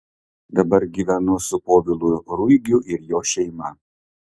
dabar gyvenu su povilu ruigiu ir jo šeima